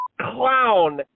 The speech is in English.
clown